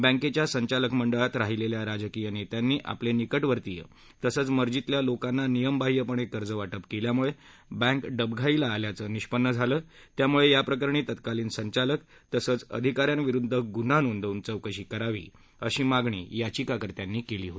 बँकेच्या संचालक मंडळात राहिलेल्या राजकीय नेत्यांनी आपले निकटवर्तीय तसंच मर्जीतल्या लोकांना नियमबाह्यपणे कर्जवाटप केल्यामुळे बँक डबघाईला आल्याचं निष्पन्न झालं त्यामुळे याप्रकरणी तत्कालीन संचालक तसंच अधिकाऱ्यांविरुद्ध गुन्हा नोंदवून चौकशी करावी अशी मागणी याचिकाकर्त्यांनी केली आहे